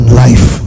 life